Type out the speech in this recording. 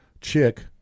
chick